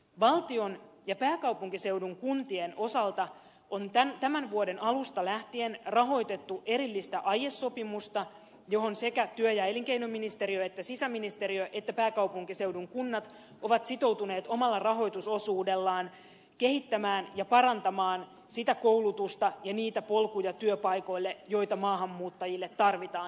valtion ja pääkaupunkiseudun kuntien osalta on tämän vuoden alusta lähtien rahoitettu erillistä aiesopimusta johon sekä työ ja elinkeinoministeriö että sisäministeriö että pääkaupunkiseudun kunnat ovat sitoutuneet omalla rahoitusosuudellaan kehittämään ja parantamaan sitä koulutusta ja niitä polkuja työpaikoille joita maahanmuuttajille tarvitaan